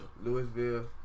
Louisville